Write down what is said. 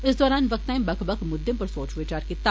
इस दौरान वक्ताएं बक्ख बक्ख मुद्दें पर सोच विचार कीता